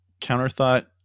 Counterthought